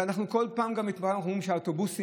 ואנחנו כל פעם גם אומרים שהאוטובוסים,